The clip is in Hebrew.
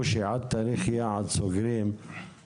אני עוסקת בנושאים האלה כמעט 25 שנים.